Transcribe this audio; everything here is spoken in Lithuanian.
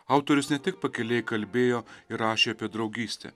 autorius ne tik pakiliai kalbėjo ir rašė apie draugystę